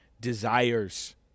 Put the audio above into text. desires